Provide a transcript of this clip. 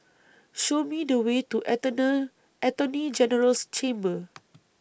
Show Me The Way to Attorney General's Chambers